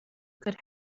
could